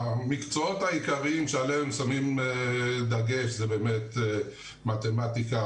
המקצועות העיקריים עליהם שמים דגש זה באמת מתמטיקה